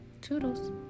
Toodles